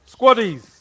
squaddies